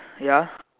ya